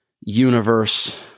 universe